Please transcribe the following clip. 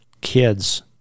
kids